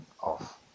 off